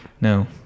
No